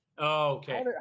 Okay